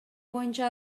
боюнча